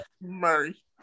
Murray